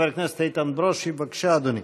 חבר הכנסת איתן ברושי, בבקשה, אדוני.